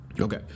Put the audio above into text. okay